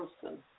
person